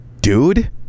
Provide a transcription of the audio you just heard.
dude